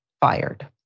fired